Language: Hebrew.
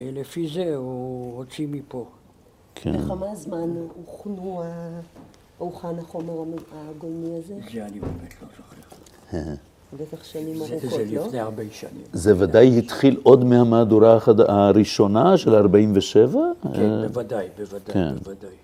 ‫לפי זה הוא הוציא מפה. ‫-כן. ‫לכמה זמן הוכנו אורחן החומר ‫האגומי הזה? ‫בטח שנים על הכול, לא? ‫-זה לפני הרבה שנים. ‫זה ודאי התחיל עוד מהמהדורה ‫הראשונה של ה-47? ‫כן, בוודאי, בוודאי, בוודאי.